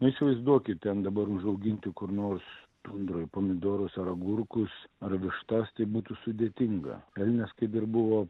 nu įsivaizduokit ten dabar užauginti kur nors tundroj pomidorus ar agurkus ar vištas tai būtų sudėtinga elnias kai dar buvo